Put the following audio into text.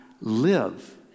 live